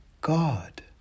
God